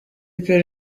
perry